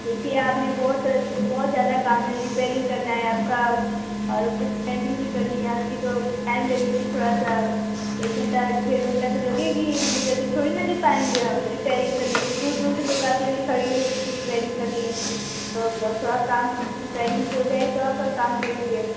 देखिए आपने बहुत बहुत ज़्यादा काम है रिपेयरिंग करना है आपका और कुछ पेंटिंग भी करनी है आपकी तो टाइम लगेगा थोड़ा सा एक घंटा डेढ़ घंटा तो लगेगा ही इतनी जल्दी थोड़ी ना दे पाएँगे हम रिपेयरिंग करने के लिए दूर दूर से लोग आते हैं दिखाइए इसकी रिपेयरिंग करनी है तो उधर थोड़ा काम रिपेयरिंग हो जाए तो आपका काम करेंगे